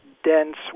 dense